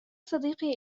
صديقي